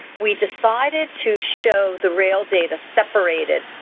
we decided to show the rail data separated.